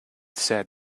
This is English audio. said